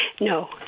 No